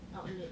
outlet